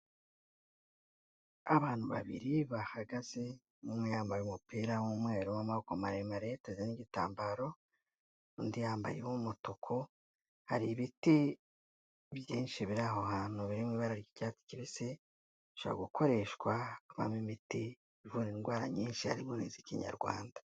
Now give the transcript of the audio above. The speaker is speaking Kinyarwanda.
Abantu babiri bahagaze umwe yambaye umupira w'umweru w'amaboko maremare yateze n'igitambaro. undi yambaye uw'umutuku. Hari ibiti byinshi biri aho hantu biri mu ibara ry'icyatsi kibisi. Bishobora gukoreshwamo imiti ivura indwara nyinshi harimo n'iz'ikinyarwanda..